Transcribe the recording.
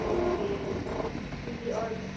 okay جی اور بس